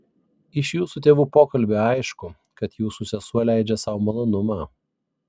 iš jūsų tėvų pokalbio aišku kad jūsų sesuo leidžia sau malonumą